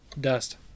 Dust